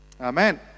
Amen